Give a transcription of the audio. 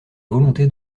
volonté